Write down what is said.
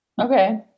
Okay